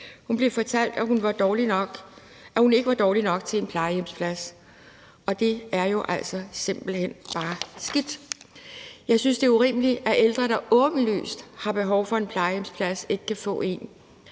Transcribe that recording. Hun blev fortalt, at hun ikke var dårlig nok til en plejehjemsplads, og det er jo altså simpelt hen bare skidt. Jeg synes, det er urimeligt, at ældre, der åbenlyst har behov for en plejehjemsplads, ikke kan få en.